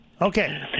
Okay